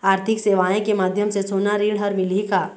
आरथिक सेवाएँ के माध्यम से सोना ऋण हर मिलही का?